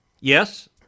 Yes